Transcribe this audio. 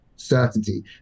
certainty